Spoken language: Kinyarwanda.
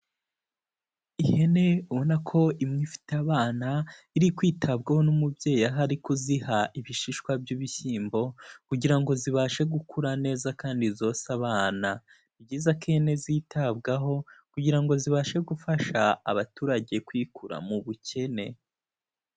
Ihene ubona ko imwe ifite abana iri kwitabwaho n'umubyeyi aho ari kuziha ibishishwa by'ibishyimbo kugira ngo zibashe gukura neza kandi zonse abana. Ni byiza ko ihene zitabwaho kugira ngo zibashe gufasha abaturage kwikura mu bukene.